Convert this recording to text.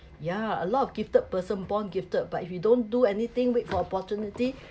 yeah a lot of gifted person born gifted but if you don't do anything wait for opportunity